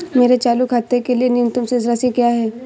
मेरे चालू खाते के लिए न्यूनतम शेष राशि क्या है?